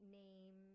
name